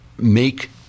make